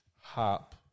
Hop